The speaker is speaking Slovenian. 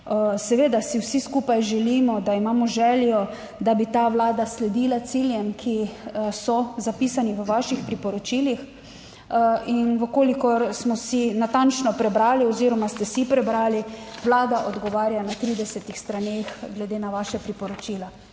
Seveda si vsi skupaj želimo, da imamo željo, da bi ta Vlada sledila ciljem, ki so zapisani v vaših priporočilih. In v kolikor smo si natančno prebrali oziroma ste si prebrali, Vlada odgovarja na 30 straneh glede na vaša priporočila